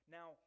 Now